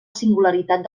singularitat